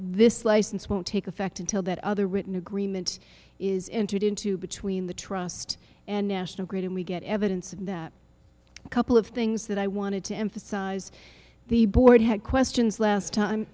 this license won't take effect until that other written agreement is entered into between the trust and national grid and we get evidence of that a couple of things that i wanted to emphasize the board had questions last time